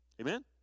Amen